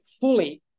fully